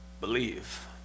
believe